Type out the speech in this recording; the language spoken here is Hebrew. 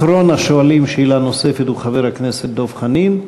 אחרון השואלים שאלה נוספת הוא חבר הכנסת דב חנין,